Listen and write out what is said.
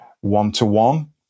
one-to-one